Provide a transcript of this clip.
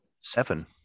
Seven